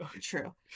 True